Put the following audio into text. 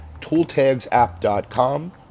TooltagsApp.com